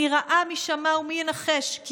//